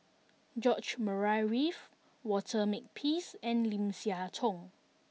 George Murray Reith Walter Makepeace and Lim Siah Tong